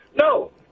No